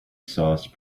sauce